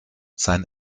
sein